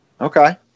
Okay